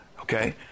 Okay